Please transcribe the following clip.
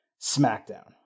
SmackDown